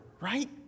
Right